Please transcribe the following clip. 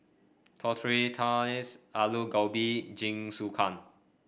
Tortillas Alu Gobi Jingisukan